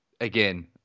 again